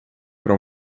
para